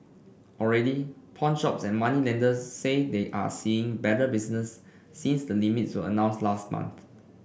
already pawnshops and moneylenders say they are seeing better business since the limits were announced last month